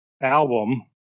album